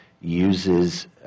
uses